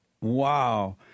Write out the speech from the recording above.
Wow